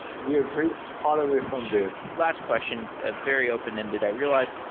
we are very far away from there last question, a very open-ended. i realized,